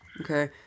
Okay